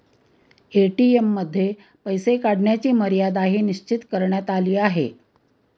ATM मध्ये पैसे काढण्याची मर्यादाही निश्चित करण्यात आली आहे